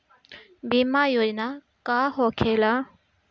बीमा योजना का होखे ला?